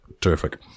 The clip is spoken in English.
Terrific